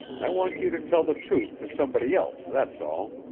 i want you to tell the truth to somebody else, that's all.